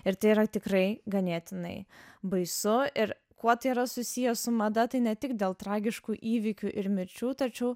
ir tai yra tikrai ganėtinai baisu ir kuo tai yra susiję su mada tai ne tik dėl tragiškų įvykių ir mirčių tačiau